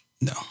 No